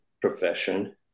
profession